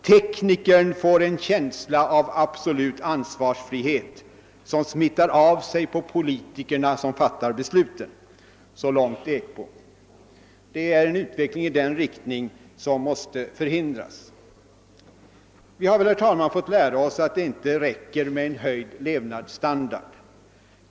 Tekni kern får en känsla av absolut ansvarsfrihet, som smittar av sig på politikerna som fattar besluten.> Det är en utveckling i den riktningen som måste förhindras. Vi har fått lära oss att det inte räcker med en höjd levnadsstandard.